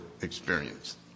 experience